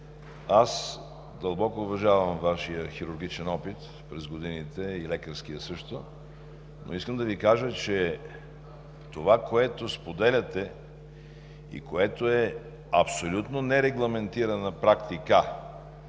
аз дълбоко уважавам Вашия хирургичен и лекарски опит през годините, но искам да Ви кажа, че това, което споделяте и което е абсолютно нерегламентирана практика,